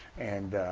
and